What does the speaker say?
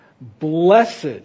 Blessed